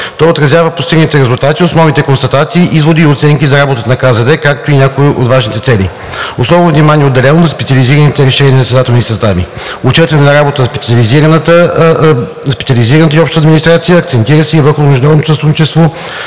Той отразява постигнатите резултати, основни констатации, изводи и оценки за работата на КЗД, както и някои от важните цели. Особено внимание е отделено на специализираните и разширените заседателни състави. Отчетена е работата на специализираната и общата администрация. Акцентира се и върху международното сътрудничество,